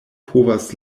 povas